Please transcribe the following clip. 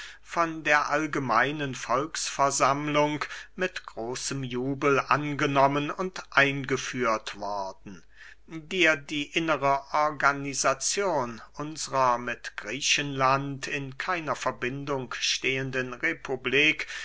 von der allgemeinen volksversammlung mit großem jubel angenommen und eingeführt worden dir die innere organisazion unsrer mit griechenland in keiner verbindung stehenden republik